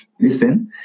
listen